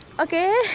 okay